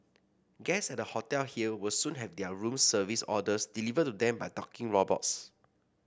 guests at a hotel here will soon have their room service orders delivered to them by talking robots